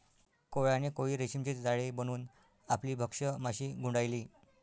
कोळ्याने कोळी रेशीमचे जाळे बनवून आपली भक्ष्य माशी गुंडाळली